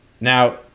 Now